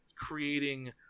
creating